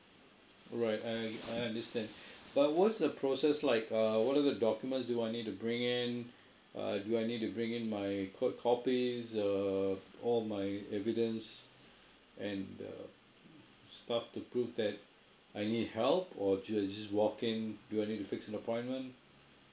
alright and I understand but what's the process like uh what are the documents do I need to bring in uh do I need to bring in my court copies err all my evidence and uh stuff to prove that I need help or do I just walk in do I need to fix an appointment